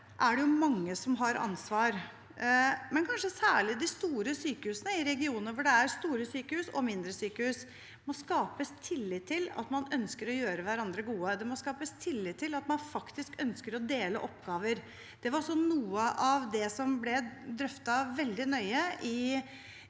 er det mange som har ansvar, men kanskje særlig de store sykehusene i regionene, for det er store sykehus og mindre sykehus. Det må skapes tillit til at man ønsker å gjøre hverandre gode. Det må skapes tillit til at man faktisk ønsker å dele oppgaver. Det var også noe av det som ble drøftet veldig nøye i